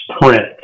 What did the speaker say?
print